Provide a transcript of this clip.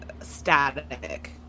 static